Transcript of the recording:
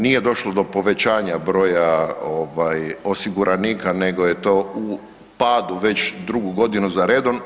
Nije došlo do povećanja broja osiguranika, nego je to u padu već drugu godinu za redom.